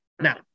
Now